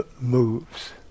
moves